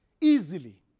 Easily